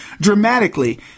dramatically